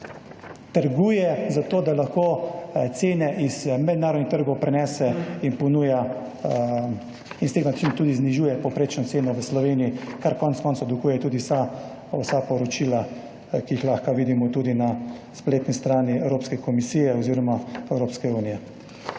trguje zato, da lahko cene iz mednarodnih trgov prenese in ponuja, s tem pa tudi znižuje povprečno ceno v Sloveniji, kar konec koncev vsebujejo tudi vsa poročila, ki jih lahko vidimo tudi na spletni strani Evropske komisije oziroma Evropske unije.